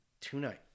tonight